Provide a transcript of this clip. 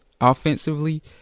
offensively